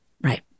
Right